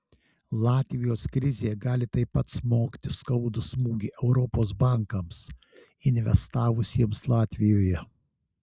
latvijos krizė gali taip pat smogti skaudų smūgį europos bankams investavusiems latvijoje